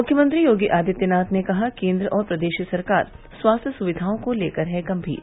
मुख्यमंत्री योगी आदित्यनाथ ने कहा केन्द्र और प्रदेश सरकार स्वास्थ्य सुविधाओं को लेकर है गंमीर